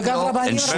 וגם רבנים ראשיים.